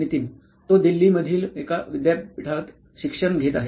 नितीन तो दिल्लीमधील एका विद्यापीठात शिक्षण घेत आहे